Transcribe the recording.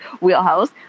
wheelhouse